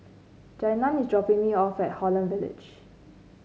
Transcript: Janiah is dropping me off at Holland Village